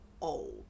old